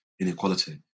inequality